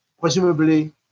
presumably